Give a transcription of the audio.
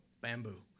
Bamboo